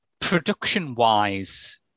production-wise